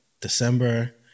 December